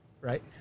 right